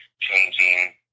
changing